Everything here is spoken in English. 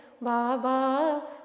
Baba